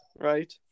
right